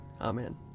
Amen